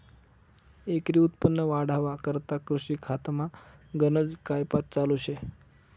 एकरी उत्पन्न वाढावा करता कृषी खातामा गनज कायपात चालू शे